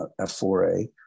F4A